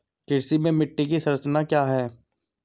कृषि में मिट्टी की संरचना क्या है?